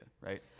right